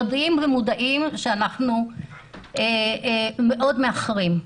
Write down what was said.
מודעים לכך שאנחנו מאוד מאחרים.